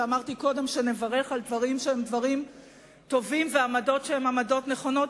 ואמרתי קודם שנברך על דברים שהם דברים טובים ועמדות שהן עמדות נכונות.